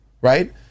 right